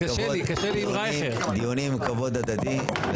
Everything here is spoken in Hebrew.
היו דיונים עם כבוד הדדי.